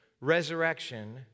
resurrection